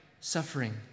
suffering